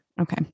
Okay